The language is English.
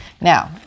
Now